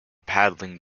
paddling